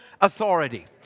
authority